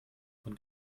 von